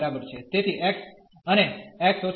તેથી x અને x − 1